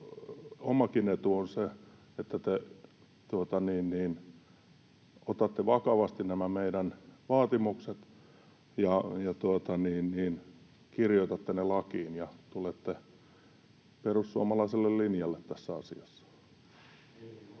omakin etunne on se, että te otatte vakavasti nämä meidän vaatimuksemme ja kirjoitatte ne lakiin ja tulette perussuomalaiselle linjalle tässä asiassa. [Mika